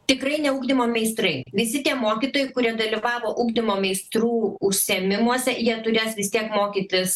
tikrai ne ugdymo meistrai visi tie mokytojai kurie dalyvavo ugdymo meistrų užsiėmimuose jie turės vis tiek mokytis